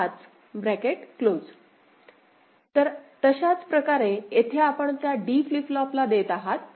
𝐷𝐷𝐴𝐴 Σ𝑚𝑚245 तर तशाच प्रकारे येथे आपण त्या D फ्लिप फ्लॉपला देत आहात